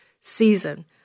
season